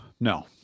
No